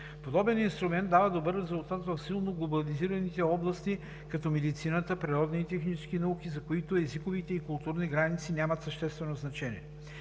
Подобен инструмент дава добър резултат в силно глобализираните области като медицината, природни и технически науки, за които езиковите и културни граници нямат съществено значение.